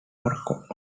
morocco